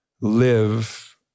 live